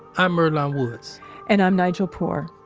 i'm earlonne woods and i'm nigel poor.